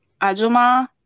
ajuma